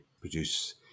produce